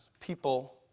people